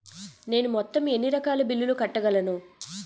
నేను మొత్తం ఎన్ని రకాల బిల్లులు కట్టగలను?